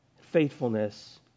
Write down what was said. faithfulness